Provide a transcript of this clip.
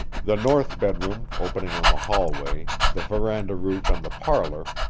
the north bedroom, opening on the hallway, the veranda roof and the parlor,